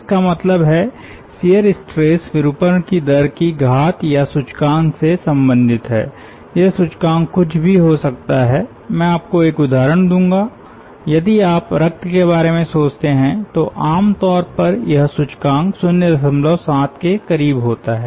इसका मतलब है शियर स्ट्रेस विरूपण की दर की घात या सूचकांक से संबंधित है यह सूचकांक कुछ भी हो सकता है मैं आपको एक उदाहरण दूंगा यदि आप रक्त के बारे में सोचते हैं तो आमतौर पर यह सूचकांक 07 के करीब होता है